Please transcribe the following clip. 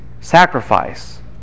sacrifice